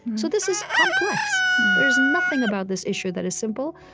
so this is complex. there's nothing about this issue that is simple,